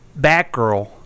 Batgirl